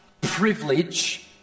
privilege